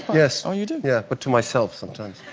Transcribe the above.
yes. oh you do yeah but to myself sometimes